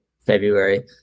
february